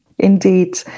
Indeed